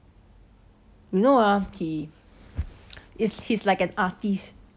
you know ah he is he's like an artist